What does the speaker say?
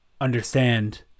understand